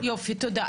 יופי, תודה.